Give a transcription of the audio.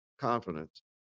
confidence